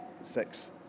six